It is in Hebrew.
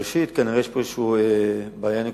ראשית, כנראה יש פה איזו בעיה נקודתית,